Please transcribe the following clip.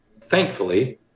thankfully